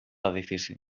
edifici